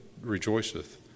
rejoiceth